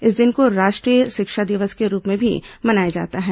इस दिन को राष्ट्रीय शिक्षा दिवस के रूप में भी मनाया जाता है